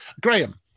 Graham